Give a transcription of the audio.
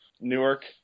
Newark